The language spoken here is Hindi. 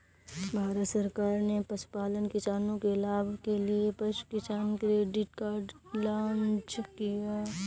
भारत सरकार ने पशुपालन किसानों के लाभ के लिए पशु किसान क्रेडिट कार्ड लॉन्च किया